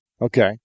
Okay